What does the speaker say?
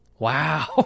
Wow